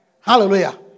Hallelujah